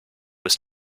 was